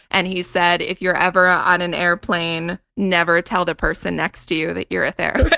and he said, if you're ever on an airplane, never tell the person next to you that you're a therapist. but